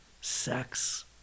sex